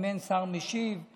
אם אין שר משיב,